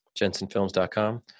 jensenfilms.com